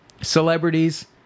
Celebrities